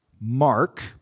Mark